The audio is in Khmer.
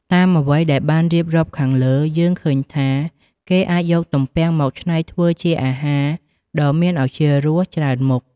តាមអ្វីដែលបានរៀបរាប់ខាងលើ យើងឃើញថាគេអាចយកទំពាំងមកច្នៃធ្វើជាអាហារដ៏មានឱជារសច្រើនមុខ។